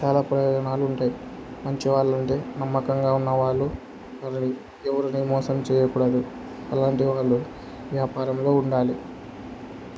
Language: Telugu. చాలా ప్రయోజనాలు ఉంటాయి మంచి వాళ్ళుంటే నమ్మకంగా ఉన్నవాళ్ళు వాని ఎవరిని మోసం చేయకూడదు అలాంటి వాళ్ళు వ్యాపారంలో ఉండాలి